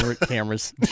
Cameras